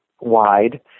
wide